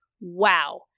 Wow